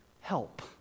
Help